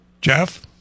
Jeff